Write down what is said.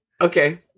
okay